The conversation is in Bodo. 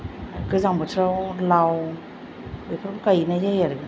गोजां बोथोराव लाव बेफोरखौ गायनाय जायो आरो